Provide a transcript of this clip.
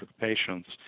patients